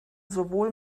sowohl